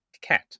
cat